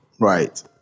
right